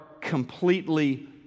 completely